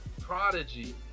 Prodigy